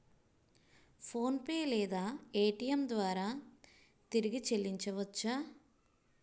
PhonePe లేదా Paytm ద్వారా తిరిగి చల్లించవచ్చ?